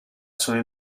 sono